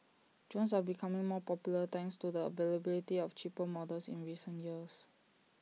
drones are becoming more popular thanks to the availability of cheaper models in recent years